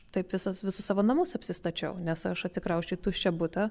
taip visas visus savo namus apsistačiau nes aš atsikrausčiau į tuščią butą